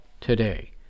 today